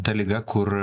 ta liga kur